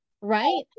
right